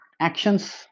actions